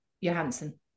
Johansson